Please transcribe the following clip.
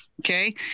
Okay